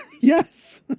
Yes